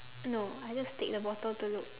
no I just take the bottle to look